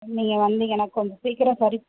நீங்கள் வந்து எனக்கு கொஞ்சம் சீக்கிரோம் சரி